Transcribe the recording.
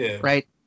right